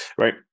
Right